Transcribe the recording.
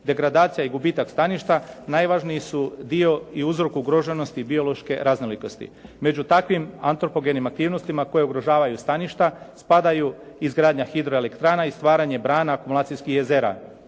Degradacija i gubitak staništa najvažniji su dio i uzrok ugroženosti biološke raznolikosti. Među takvim antropogenim aktivnostima koje ugrožavaju staništa spadaju izgradnja hidroelektrana i stvaranje brana akumulacijskih jezera.